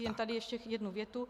Jen tady ještě jednu větu.